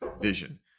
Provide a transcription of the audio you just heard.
vision